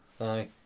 Aye